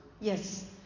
Yes